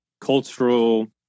cultural